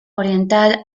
oriental